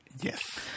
yes